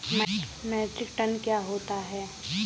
Metric tonne क्या होता है?